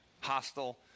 hostile